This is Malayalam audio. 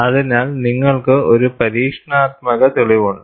അതിനാൽ നിങ്ങൾക്ക് ഒരു പരീക്ഷണാത്മക തെളിവുണ്ട്